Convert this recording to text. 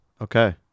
Okay